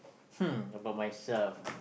hmm about myself